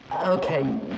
Okay